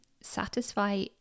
satisfy